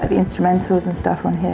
and instrumentals and stuff on here.